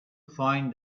find